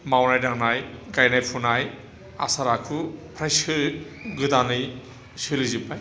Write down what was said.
मावनाय दांनाय गायनाय फुनाय आसार आखु फ्रायसो गोदानै सोलिजोबबाय